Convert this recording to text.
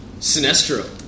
Sinestro